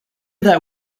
that